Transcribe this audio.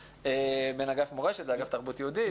בין אגף מורשת לאגף תרבות יהודית,